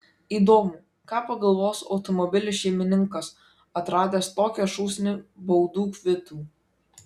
įdomu ką pagalvos automobilio šeimininkas atradęs tokią šūsnį baudų kvitų